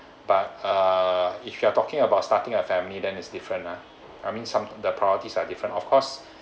but uh if you are talking about starting a family then it's different lah I mean some of the priorities are different of course